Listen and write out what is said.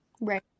right